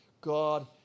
God